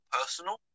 personal